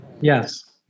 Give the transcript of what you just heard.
Yes